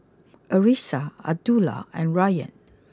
Arissa Abdullah and Rayyan